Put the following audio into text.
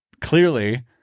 clearly